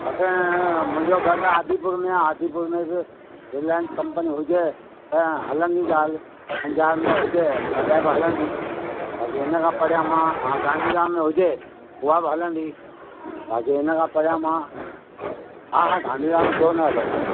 अच्छा मुंहिजो घर त आदिपुर में आहे आदिपुर में बि रिलायंस कंपनी हुजे त हलंदी ॻाल्हि अंजार में हुजे तॾहिं बि हलंदी बाक़ी हिनखां परियां मां गांधीधाम में हुजे उहा बि हलंदी बाक़ी हिनखां परियां मां हा हा गांधीधाम छो न हलंदी